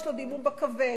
יש לו דימום בכבד,